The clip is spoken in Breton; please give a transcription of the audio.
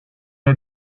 ran